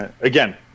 Again